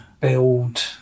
build